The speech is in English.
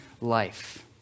life